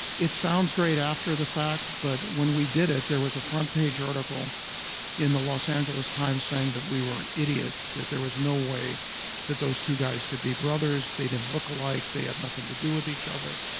it sounds great after the fact, but when we did it, there was a front page article in the los angeles times saying that we were idiots, that there was no way that those two guys could be brothers. they didn't look alike, they had nothing to do with each other.